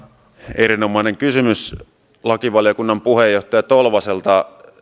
erinomainen kysymys lakivaliokunnan puheenjohtaja tolvaselta